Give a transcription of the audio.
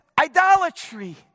idolatry